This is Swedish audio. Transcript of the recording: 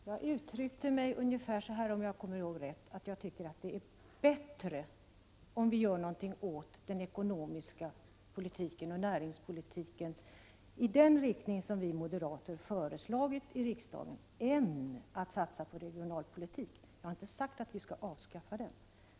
Herr talman! Om jag minns rätt, uttryckte jag mig ungefär så här: Jag tycker det är bättre att göra någonting åt den ekonomiska politiken och näringspolitiken i den riktning som vi moderater föreslagit i riksdagen än att satsa på regionalpolitik. Jag har inte sagt att vi skall avskaffa denna.